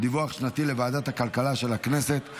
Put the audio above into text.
ביטול ניכוי מקצבה),